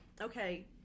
okay